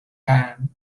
can